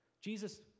Jesus